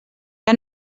que